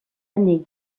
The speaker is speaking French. année